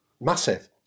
Massive